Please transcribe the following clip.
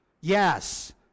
yes